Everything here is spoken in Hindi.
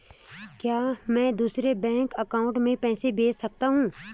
क्या मैं दूसरे बैंक अकाउंट में पैसे भेज सकता हूँ?